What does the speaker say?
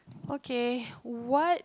okay what